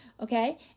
okay